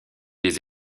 des